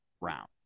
round